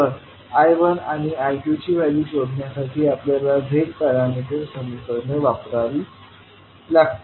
तर I1आणि I2 ची व्हॅल्यू शोधण्यासाठी आपल्याला Z पॅरामीटर समीकरणे वापरावी लागतील